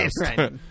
Right